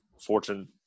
fortune